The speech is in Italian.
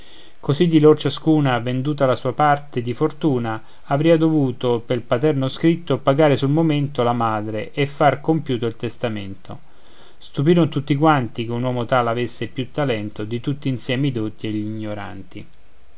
così di lor ciascuna venduta la sua parte di fortuna avria dovuto pel paterno scritto pagare sul momento la madre e far compiuto il testamento stupiron tutti quanti che un uomo tal avesse più talento di tutti insieme i dotti e gl'ignoranti